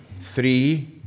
three